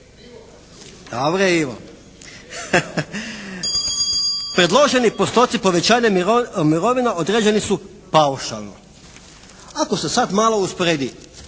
Dobro je Ivo. Predloženi postoci povećanja mirovina određeni su paušalno. Ako se sad malo usporedi